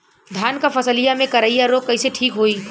धान क फसलिया मे करईया रोग कईसे ठीक होई?